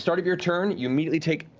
start of your turn, you immediately take